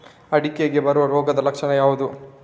ಅಡಿಕೆಗೆ ಬರುವ ರೋಗದ ಲಕ್ಷಣ ಯಾವುದು?